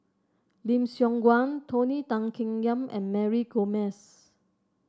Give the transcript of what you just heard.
Lim Siong Guan Tony Tan Keng Yam and Mary Gomes